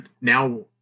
Now